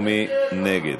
מי נגד?